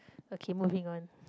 okay moving on